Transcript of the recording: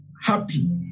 happy